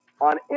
on